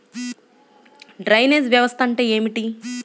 Drainage వ్యవస్థ అంటే ఏమిటి?